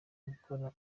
gukora